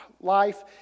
life